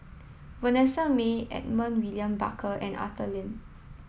Vanessa Mae Edmund William Barker and Arthur Lim